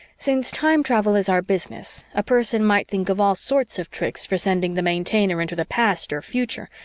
since time travel is our business, a person might think of all sorts of tricks for sending the maintainer into the past or future,